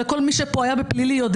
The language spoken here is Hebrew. וכל מי שהיה בפלילי יודע